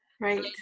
Right